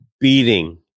beating